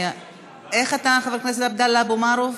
איך אתה, חבר הכנסת עבדאללה אבו מערוף?